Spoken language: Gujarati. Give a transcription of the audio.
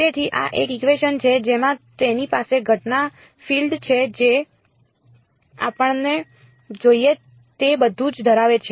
તેથી આ એક ઇકવેશન છે જેમાં તેની પાસે ઘટના ફીલ્ડ છે જે આપણે જોઈએ છે તે બધું જ ધરાવે છે